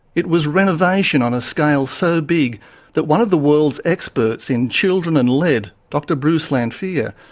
it was renovation on a scale so big that one of the world's experts in children and lead, dr bruce lanphear,